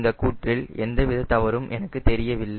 இந்தக் கூற்றில் எந்தவித தவறும் எனக்கு தெரியவில்லை